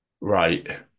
Right